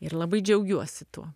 ir labai džiaugiuosi tuo